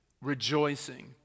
rejoicing